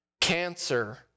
cancer